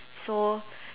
so